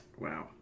Wow